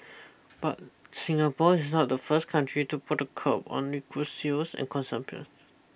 but Singapore is not the first country to put a curb on liquor sales and consumption